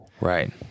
Right